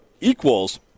equals